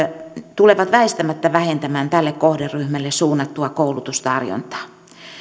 tulee väistämättä vähentämään tälle kohderyhmälle suunnattua koulutustarjontaa